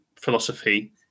philosophy